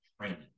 training